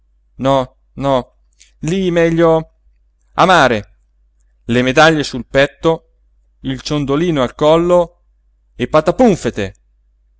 no no lí meglio a mare le medaglie sul petto il ciondolino al collo e patapúmfete